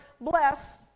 bless